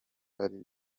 ari